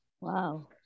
wow